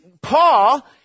Paul